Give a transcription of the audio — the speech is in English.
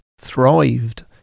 thrived